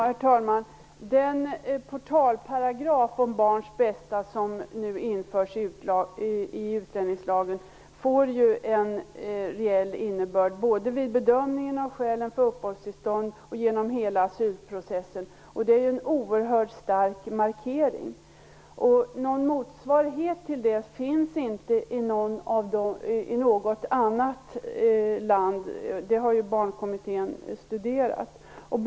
Herr talman! Den portalparagraf om barns bästa som nu införs i utlänningslagen får ju en reell innebörd vid bedömningen av skälen för uppehållstillstånd och genom hela asylprocessen. Det är en oerhört stark markering. Någon motsvarighet till denna paragraf finns inte i något annat land, enligt vad Barnkommittén har kommit fram till.